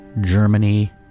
Germany